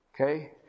okay